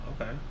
Okay